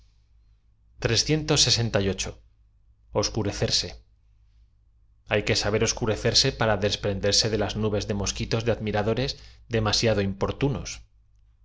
h ay que saber oscurecerse para desprenderse de las nubes de mosquitos de admiradores demasiado importunos